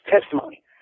testimony